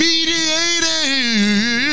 Mediated